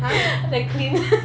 他在 clean